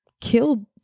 killed